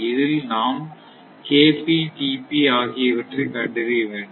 இதில் நாம் ஆகியவற்றைக் கண்டறிய வேண்டும்